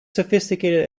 sophisticated